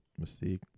Mystique